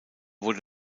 wurde